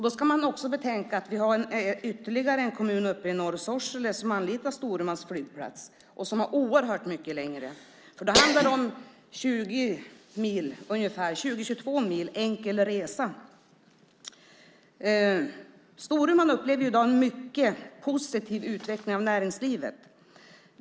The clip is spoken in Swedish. Då ska man också betänka att vi har ytterligare en kommun uppe i norr, Sorsele, som anlitar Storumans flygplats och som har oerhört mycket längre väg. Då handlar det om 20-22 mil enkel resa. Storuman upplever i dag en mycket positiv utveckling av näringslivet.